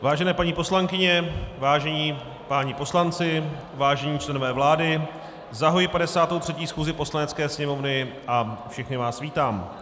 Vážené paní poslankyně, vážení páni poslanci, vážení členové vlády, zahajuji 53. schůzi Poslanecké sněmovny a všechny vás vítám.